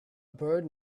bird